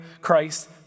Christ